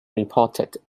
reported